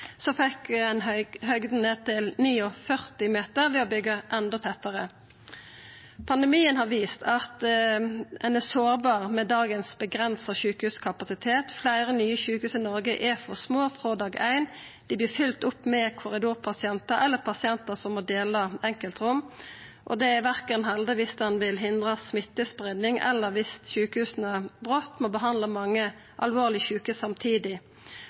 fekk ein høgda ned til 49 meter ved å byggja endå tettare. Pandemien har vist at ein er sårbar med dagens avgrensa sjukehuskapasitet, fleire nye sjukehus i Noreg er for små frå dag éin. Dei vert fylte opp med korridorpasientar eller pasientar som må dela enkeltrom, og det er ikkje heldig viss ein vil hindra smittespreiing eller om sjukehusa brått må behandla mange alvorleg sjuke samtidig.